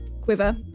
quiver